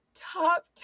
top